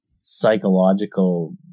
psychological